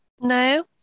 no